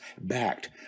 backed